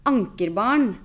Ankerbarn